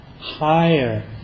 higher